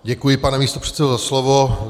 Děkuji, pane místopředsedo, za slovo.